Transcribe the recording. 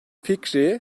fikri